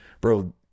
Bro